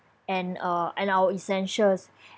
and uh and our essentials